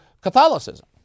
Catholicism